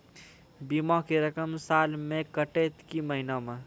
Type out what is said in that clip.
बीमा के रकम साल मे कटत कि महीना मे?